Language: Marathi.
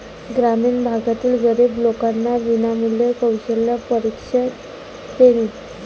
ग्रामीण भागातील गरीब लोकांना विनामूल्य कौशल्य प्रशिक्षण देणे